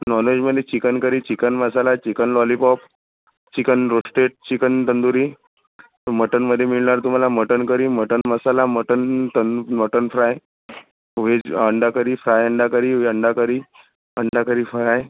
नॉनवेजमध्ये chicken curry chicken masala chicken lollipop chicken roasted chicken tandoori मटनमध्ये मिळणार तुम्हाला mutton curry mutton masala mutton तर मटन फ्राय वेज अंडा करी फ्राय अंडा करी अंडा करी अंडा करी फराय